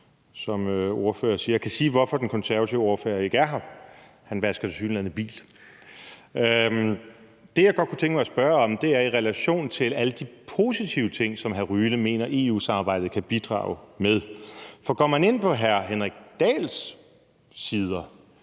som ordføreren siger. Jeg kan sige, hvorfor den konservative ordfører ikke er her. Han vasker tilsyneladende bil. Det, jeg godt kunne tænke mig at spørge om, er noget i relation til alle de positive ting, som hr. Alexander Ryle mener EU-samarbejdet kan bidrage med. For går man ind på hr. Henrik Dahls